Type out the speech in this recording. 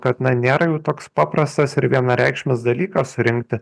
kad na nėra jau toks paprastas ir vienareikšmis dalykas rinkti